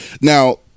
now